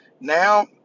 Now